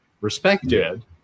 respected